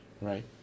right